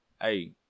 hey